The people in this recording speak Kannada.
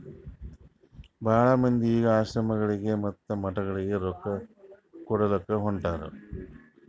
ಭಾಳ ಮಂದಿ ಈಗ್ ಆಶ್ರಮಗೊಳಿಗ ಮತ್ತ ಮಠಗೊಳಿಗ ರೊಕ್ಕಾ ಕೊಡ್ಲಾಕ್ ಹೊಂಟಾರ್